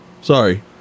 Sorry